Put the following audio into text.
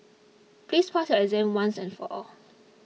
please pass your exam once and for all